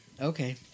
Okay